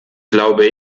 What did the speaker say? glaube